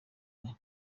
ruswa